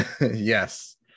Yes